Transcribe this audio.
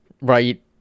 right